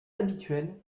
habituelle